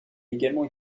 également